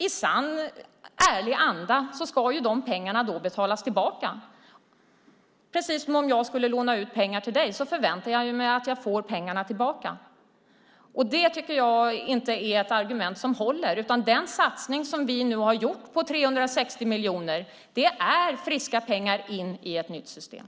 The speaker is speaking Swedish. I sann ärlig anda ska de pengarna då betalas tillbaka. Det är precis som om jag skulle låna ut pengar till dig. Jag förväntar mig att jag får pengarna tillbaka. Det argument som förs fram håller inte. Den satsning som vi nu har gjort på 360 miljoner är friska pengar in i ett nytt system.